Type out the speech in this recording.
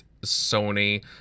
Sony